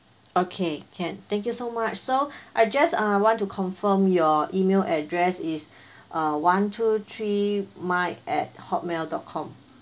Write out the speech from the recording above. okay can thank you so much so I just uh want to confirm your email address is uh one two three mike at hotmail dot com